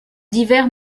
divers